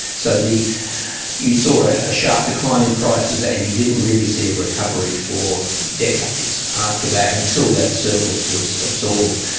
so you saw ah a sharp decline in prices and you didn't really see a recovery for decades after that until that surplus was absorbed.